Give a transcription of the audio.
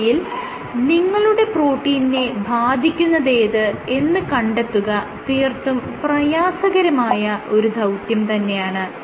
ഇവയിൽ നിങ്ങളുടെ പ്രോട്ടീനിനെ ബാധിക്കുന്നതേത് എന്ന് കണ്ടെത്തുക തീർത്തും പ്രയാസകരമായ ഒരു ദൌത്യം തന്നെയാണ്